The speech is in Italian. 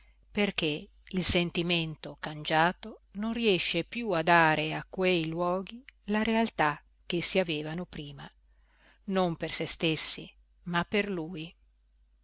perché il sentimento cangiato non riesce più a dare a quei luoghi la realtà ch'essi avevano prima non per se stessi ma per lui